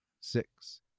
Six